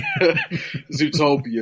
Zootopia